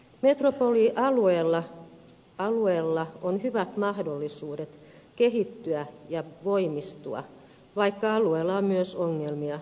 metropolialueella on hyvät mahdollisuudet kehittyä ja voimistua vaikka alueella on myös ongelmia ratkaistavana